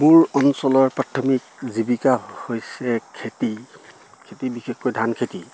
মোৰ অঞ্চলৰ প্ৰাথমিক জীৱিকা হৈছে খেতি খেতি বিশেষকৈ ধান খেতি